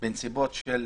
בנסיבות של